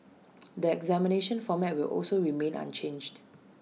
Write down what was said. the examination format will also remain unchanged